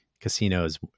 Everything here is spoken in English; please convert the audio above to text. casinos